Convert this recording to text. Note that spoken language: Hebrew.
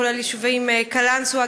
כולל היישובים קלנסואה,